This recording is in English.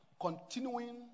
continuing